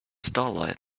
starlight